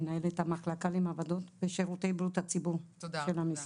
מנהלת המחלקה למעבדות בשירותי בריאות הציבור של המשרד.